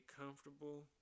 comfortable